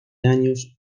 años